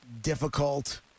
difficult